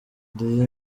ndi